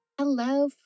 Hello